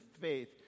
faith